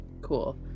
Cool